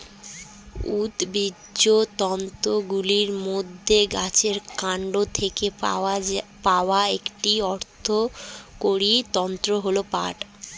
উদ্ভিজ্জ তন্তুগুলির মধ্যে গাছের কান্ড থেকে পাওয়া একটি অর্থকরী তন্তু হল পাট